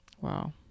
wow